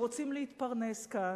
שרוצים להתפרנס כאן,